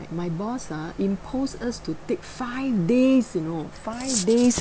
my boss ah imposed us to take five days you know five days